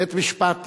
בית-משפט,